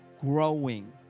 growing